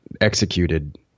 executed